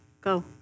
go